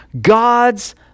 God's